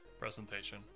presentation